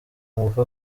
ngufu